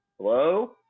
hello